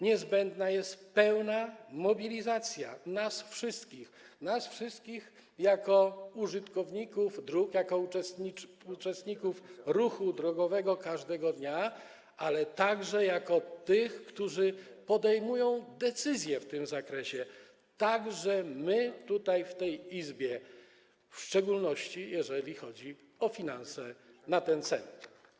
Niezbędna jest pełna mobilizacja nas wszystkich jako użytkowników dróg, jako uczestników ruchu drogowego każdego dnia, ale także jako tych, którzy podejmują decyzje w tym zakresie, także tutaj, w tej izbie, w szczególności jeżeli chodzi o finanse na ten cel.